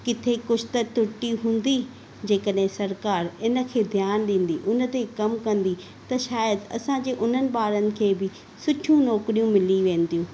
किथे कुझु त त्रुटि हूंदी जे कॾहिं सरकारि हिन खे ध्यानु ॾींदी हिन ते कमु कंदी त शायदि असांजे उन्हनि ॿारनि खे बि सुठियूं नौकिरियूं मिली वेंदियूं